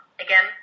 again